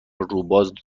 روباز